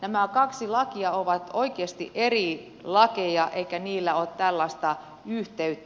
nämä kaksi lakia ovat oikeasti eri lakeja eikä niillä ole tällaista yhteyttä